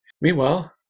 Meanwhile